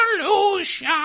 solution